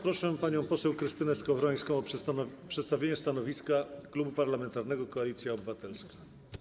Proszę panią poseł Krystynę Skowrońską o przedstawienie stanowiska Klubu Parlamentarnego Koalicja Obywatelska.